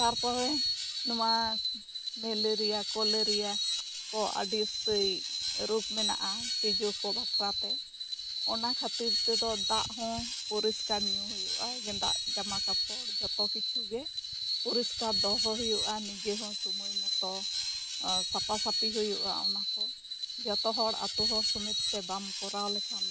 ᱛᱟᱨᱯᱚᱨᱮ ᱱᱚᱣᱟ malaria cholera ᱠᱚ ᱟᱹᱰᱤ ᱩᱥᱛᱟᱹᱭ ᱨᱳᱜᱽ ᱢᱮᱱᱟᱜᱼᱟ ᱛᱤᱡᱩ ᱠᱚ ᱵᱟᱠᱷᱨᱟ ᱛᱮ ᱚᱱᱟ ᱠᱷᱟᱹᱛᱤᱨ ᱛᱮᱫᱚ ᱫᱟᱜ ᱦᱚᱸ ᱯᱩᱨᱤᱥᱠᱟᱨ ᱧᱩ ᱦᱩᱭᱩᱜᱼᱟ ᱜᱮᱸᱫᱟᱜ ᱡᱟᱢᱟ ᱠᱟᱯᱚᱲ ᱡᱚᱛᱚ ᱠᱤᱪᱷᱩ ᱜᱮ ᱯᱩᱨᱤᱥᱠᱟᱨ ᱫᱚᱦᱚ ᱦᱩᱭᱩᱜᱼᱟ ᱱᱤᱡᱮ ᱦᱚᱸ ᱥᱚᱢᱚᱭ ᱢᱚᱛᱚ ᱥᱟᱯᱟ ᱥᱟᱹᱯᱤ ᱦᱩᱭᱩᱜᱼᱟ ᱚᱱᱟ ᱠᱚ ᱡᱚᱛᱚ ᱦᱚᱲ ᱟᱛᱳ ᱦᱚᱲ ᱥᱚᱢᱮᱛ ᱛᱮ ᱵᱟᱝ ᱠᱚᱨᱟᱣ ᱞᱮᱠᱷᱟᱱ ᱫᱚ